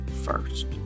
first